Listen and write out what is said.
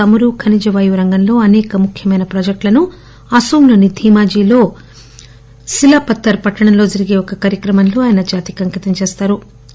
చమురు ఖనిజవాయువు రంగంలో అసేక ముఖ్యమైన ప్రాజెక్టను అస్సాంలోని ధీమాజీ లో శిలాపత్తర్ పట్టణంలో జరిగే ఒక కార్యక్రమంలో ఆయన జాతికి అంకితం చేస్తారు